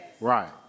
Right